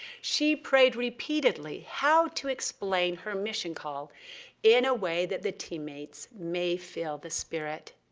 she prayed repeatedly how to explain her mission call in a way that the teammates may feel the spirit.